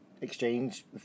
exchange